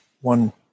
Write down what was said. one